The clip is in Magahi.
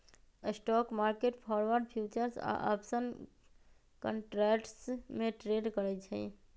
स्टॉक मार्केट फॉरवर्ड, फ्यूचर्स या आपशन कंट्रैट्स में ट्रेड करई छई